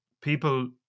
people